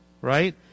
right